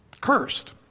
cursed